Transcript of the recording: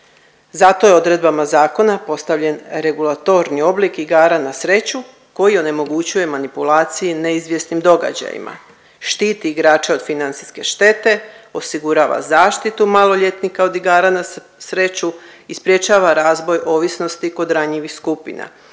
Zato je odredbama zakona postavljen regulatorni oblik igara na sreću koji onemogućuje manipulacije neizvjesnim događajima, štiti igrače od financijske štete, osigurava zaštitu maloljetnika od igara na sreću i sprječavanja razvoj ovisnosti kod ranjivih skupina,